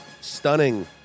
stunning